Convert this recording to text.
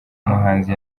muhanzi